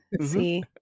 see